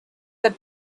that